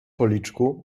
policzku